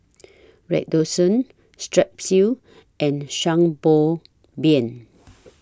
Redoxon Strepsils and Sanbobion